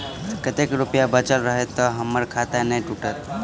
कतेक रुपया बचल रहत तऽ हम्मर खाता नै टूटत?